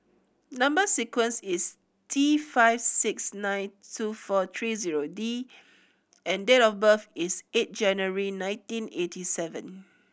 number sequence is T five six nine two four tree zero D and date of birth is eight January nineteen eighty seven